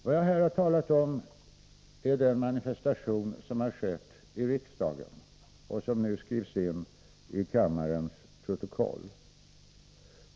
Vad jag här har talat om är den manifestation som har skett i riksdagen och som nu skrivs in i kammarens protokoll.